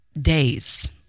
days-